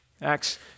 Acts